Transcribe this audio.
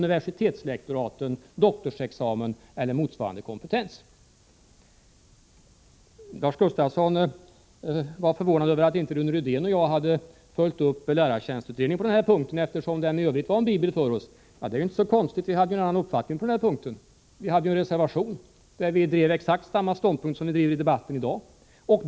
I dag krävs doktorsexamen eller motsvarande kompetens för universitetslektoraten. Lars Gustafsson var förvånad över att Rune Rydén och jag inte hade följt upp lärartjänstutredningen på den här punkten, eftersom den i övrigt var en bibel för oss. Men det är inte så konstigt. Vi hade nämligen en annan uppfattning på den punkten. I en reservation framförde vi exakt samma ståndpunkt som den vi har drivit i dagens debatt.